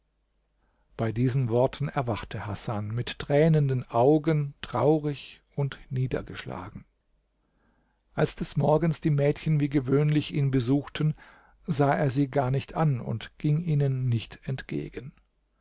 bei diesen worten erwachte hasan mit tränenden augen traurig und niedergeschlagen als des morgens die mädchen wie gewöhnlich ihn besuchten sah er sie gar nicht an und ging ihnen nicht entgegen